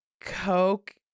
coke